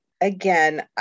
again